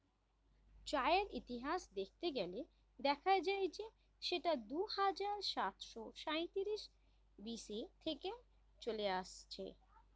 চায়ের ইতিহাস দেখতে গেলে দেখা যায় যে সেটা দুহাজার সাতশো সাঁইত্রিশ বি.সি থেকে চলে আসছে